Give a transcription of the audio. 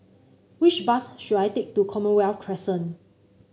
which bus should I take to Commonwealth Crescent